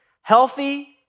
healthy